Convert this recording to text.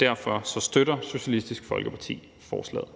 Derfor støtter Socialistisk Folkeparti forslaget.